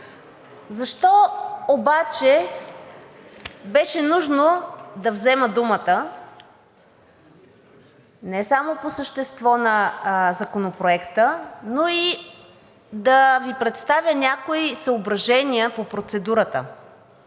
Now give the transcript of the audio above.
Защо обаче беше нужно да взема думата не само по същество на Законопроекта, но и да Ви представя някои съображения по процедурата.